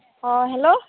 অঁ হেল্ল'